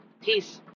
Peace